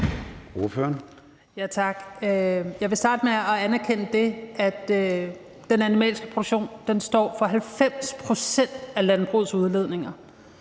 Jeg vil starte med at anerkende, at den animalske produktion står for 90 pct. af landbrugets udledninger